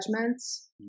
judgments